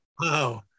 Wow